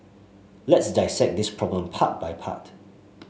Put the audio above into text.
let's dissect this problem part by part